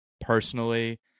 personally